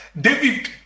David